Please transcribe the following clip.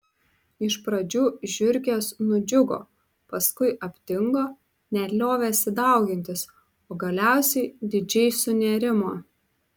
iš pradžių žiurkės nudžiugo paskui aptingo net liovėsi daugintis o galiausiai didžiai sunerimo